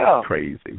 crazy